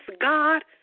God